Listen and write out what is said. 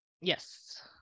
Yes